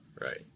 Right